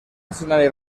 escenari